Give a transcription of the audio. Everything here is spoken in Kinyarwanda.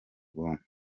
bwonko